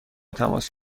تماس